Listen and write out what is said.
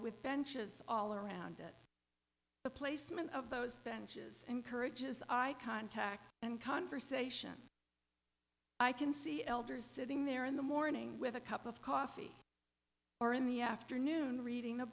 with benches all around it the placement of those benches encourages eye contact and conversation i can see elders sitting there in the morning with a cup of coffee or in the afternoon reading a